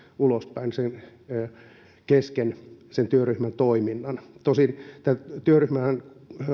ulospäin kesken sen työryhmän toiminnan tosin tämä työryhmähän